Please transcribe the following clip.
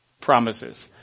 promises